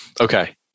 Okay